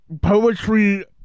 poetry